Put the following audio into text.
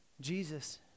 Jesus